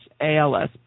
ALS